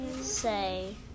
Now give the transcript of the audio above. say